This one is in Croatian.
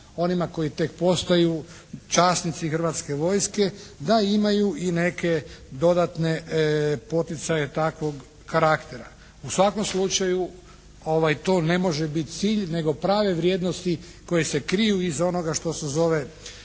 onima koji tek postaju časnici hrvatske vojske da imaju i neke dodatne poticaje takvog karaktera. U svakom slučaju, to ne može biti cilj nego prave vrijednosti koje se kriju iza onoga što se zove